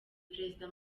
perezida